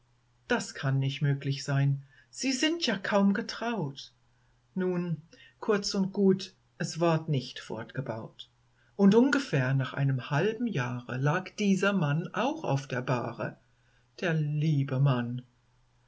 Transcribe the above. das kann nicht möglich sein sie sind ja kaum getraut nun kurz und gut es ward nicht fortgebaut und ungefähr nach einem halben jahre lag dieser mann auch auf der bahre der liebe mann